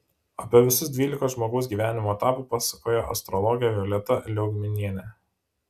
apie visus dvylika žmogaus gyvenimo etapų pasakoja astrologė violeta liaugminienė